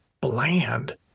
bland